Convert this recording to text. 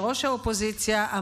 כראש האופוזיציה,